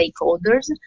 stakeholders